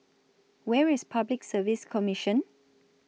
Where IS Public Service Commission